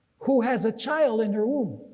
who has a child in her womb.